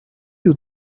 you